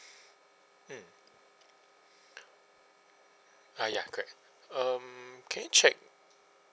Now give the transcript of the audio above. mm uh ya correct um can you check